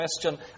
question